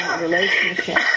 relationship